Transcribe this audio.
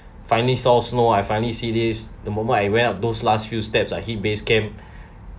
finally no I finally see this the moment I went up those last few steps I hit base camp